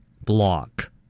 block